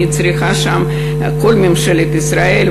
ואני צריכה שם את כל ממשלת ישראל.